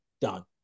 Done